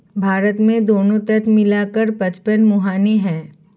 भारत में दोनों तट मिला कर पचपन मुहाने हैं